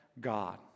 God